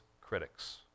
critics